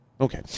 Okay